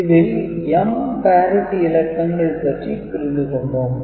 இதில் m parity இலக்கங்கள் பற்றி புரிந்து கொண்டோம்